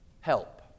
help